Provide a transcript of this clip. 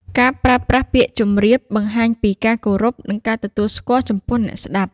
ការប្រើប្រាស់ពាក្យ ជម្រាប បង្ហាញពីការគោរព និងការទទួលស្គាល់ចំពោះអ្នកស្ដាប់។